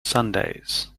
sundays